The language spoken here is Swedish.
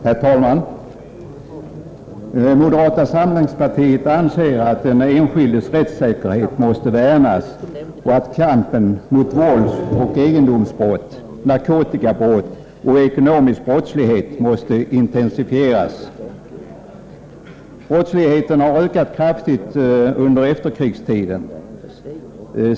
Herr talman! Moderata samlingspartiet anser att den enskildes rättssäkerhet måste värnas och att kampen mot våldsoch egendomsbrott, narkotikabrott och ekonomisk brottslighet måste intensifieras. Brottsligheten har ökat kraftigt under efterkrigstiden.